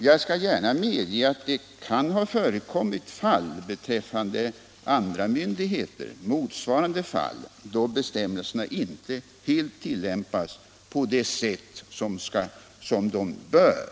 Jag skall gärna medge att det kan ha förekommit motsvarande fall beträffande andra myndigheter, då bestämmelserna inte helt tillämpats på det sätt som de bör.